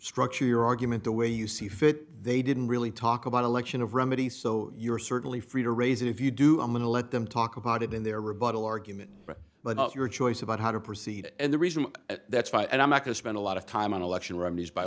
structure your argument the way you see fit they didn't really talk about election of remedies so you're certainly free to raise it if you do i'm going to let them talk about it in their rebuttal argument but not your choice about how to proceed and the reason that's why i'm not to spend a lot of time on election romney's by